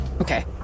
Okay